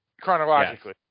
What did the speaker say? Chronologically